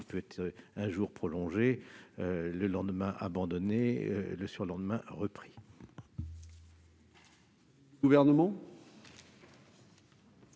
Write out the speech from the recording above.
peut être un jour prolongé, le lendemain abandonné, le surlendemain repris. Quel est